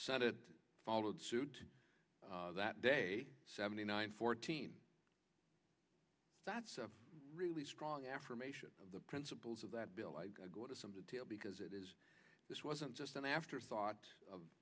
senate followed suit that day seventy nine fourteen that's a really strong affirmation of the principles of that bill go to some detail because it is this wasn't just an afterthought